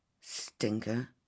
Stinker